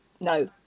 no